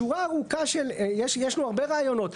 שורה ארוכה, יש לנו הרבה רעיונות.